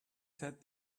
set